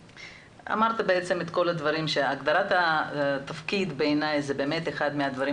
הגדרת התפקיד בעיני זה באמת אחד מהדברים